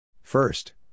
First